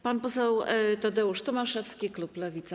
Pan poseł Tadeusz Tomaszewski, klub Lewica.